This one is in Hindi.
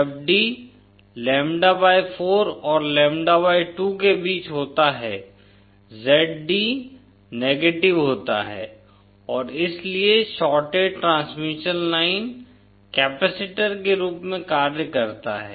जब d लैम्ब्डा 4 और लैम्ब्डा 2 के बीच होता है Zd नेगेटिव होता है और इसलिए शॉर्टेड ट्रांसमिशन लाइन कपैसिटर के रूप में कार्य करता है